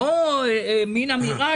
לא אמירה